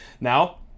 now